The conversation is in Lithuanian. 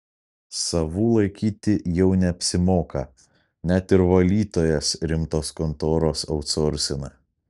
savų laikyti jau neapsimoka net ir valytojas rimtos kontoros autsorsina